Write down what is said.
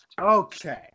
Okay